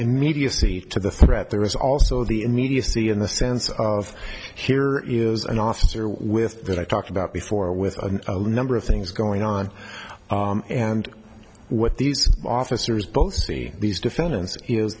immediacy to the threat there is also the immediacy in the sense of here is an officer with that i talked about before with a number of things going on and what these officers both see these defend